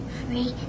three